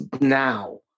now